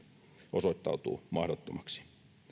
osoittautuu mahdottomaksi